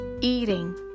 Eating